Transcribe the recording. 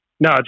No